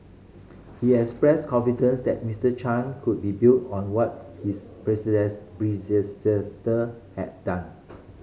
he expressed confidence that Mister Chan could build on what his has done